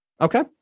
Okay